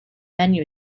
menu